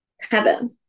heaven